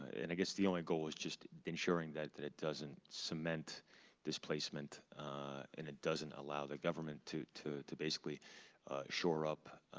and i guess the only goal is just ensuring that that it doesn't cement displacement and it doesn't allow the government to to basically shore up